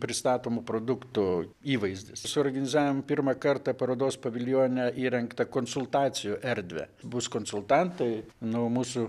pristatomų produktų įvaizdis suorganizavom pirmą kartą parodos paviljone įrengtą konsultacijų erdvę bus konsultantai nu mūsų